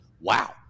wow